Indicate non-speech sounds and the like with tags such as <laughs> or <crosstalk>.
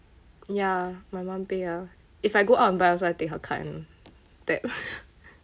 ya my mum pay ah if I go out and buy also I take her card and tap <laughs>